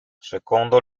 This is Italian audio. secondo